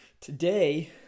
Today